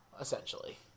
essentially